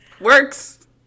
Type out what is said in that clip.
works